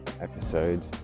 episode